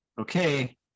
okay